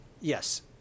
Yes